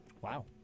Wow